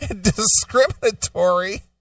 discriminatory